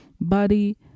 body